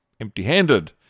empty-handed